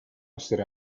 essere